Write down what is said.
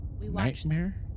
Nightmare